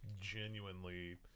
genuinely